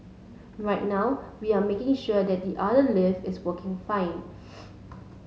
right now we are making sure that the other lift is working fine